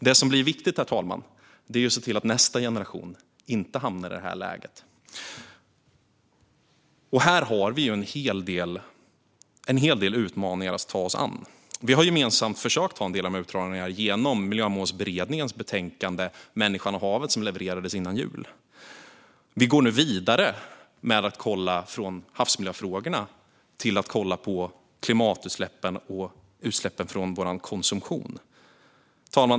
Det som blir viktigt, fru talman, är att se till att nästa generation inte hamnar i det här läget, och här har vi en hel del utmaningar att ta oss an. Vi har gemensamt försökt att hantera en del av de här utmaningarna genom Miljömålsberedningens betänkande Havet och människan som levererades innan jul. Vi går nu vidare från havsmiljöfrågorna till att kolla på klimatutsläppen och utsläppen från vår konsumtion.